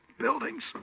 buildings